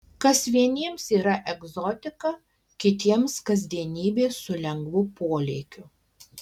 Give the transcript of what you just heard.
kas vieniems yra egzotika kitiems kasdienybė su lengvu polėkiu